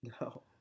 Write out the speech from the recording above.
No